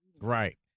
Right